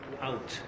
Out